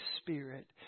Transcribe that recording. Spirit